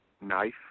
knife